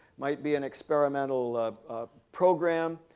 might be an experimental program,